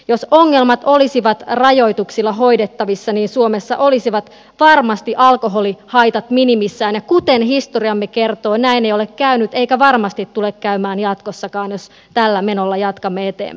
jos ongelmat olisivat rajoituksilla hoidettavissa niin suomessa olisivat varmasti alkoholihaitat minimissään ja kuten historiamme kertoo näin ei ole käynyt eikä varmasti tule käymään jatkossakaan jos tällä menolla jatkamme eteenpäin